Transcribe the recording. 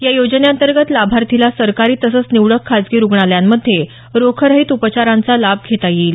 या योजनेअंतर्गत लाभार्थीला सरकारी तसंच निवडक खाजगी रुग्णालयांमध्ये रोखरहित उपचारांचा लाभ घेता येईल